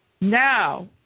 Now